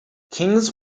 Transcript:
kings